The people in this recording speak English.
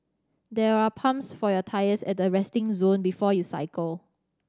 there are pumps for your tyres at the resting zone before you cycle